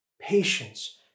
patience